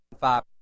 five